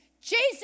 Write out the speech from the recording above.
Jesus